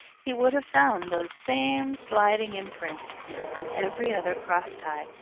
he would have found those same sliding imprints on every other crosstie,